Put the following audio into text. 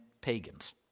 pagans